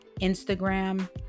Instagram